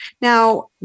Now